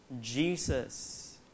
Jesus